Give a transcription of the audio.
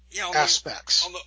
aspects